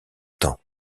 temps